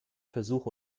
versuch